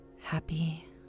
happy